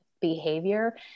behavior